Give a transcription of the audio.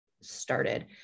started